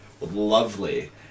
Lovely